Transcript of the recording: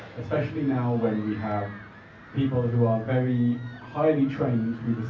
especially now when we have people who are very highly trained who